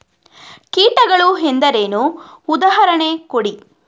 ಕೀಟಗಳು ಎಂದರೇನು? ಉದಾಹರಣೆ ಕೊಡಿ?